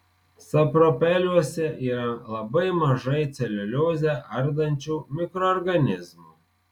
sapropeliuose yra labai mažai celiuliozę ardančių mikroorganizmų